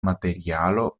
materialo